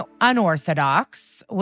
unorthodox